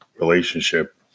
relationship